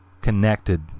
connected